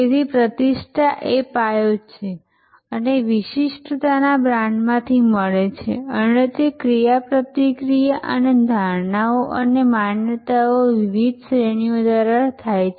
તેથી પ્રતિષ્ઠા એ પાયો છે અને વિશિષ્ટતા બ્રાન્ડમાંથી મળે છે અને તે ક્રિયાપ્રતિક્રિયાઓ અને ધારણાઓ અને માન્યતાઓની વિવિધ શ્રેણીઓ દ્વારા થાય છે